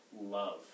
love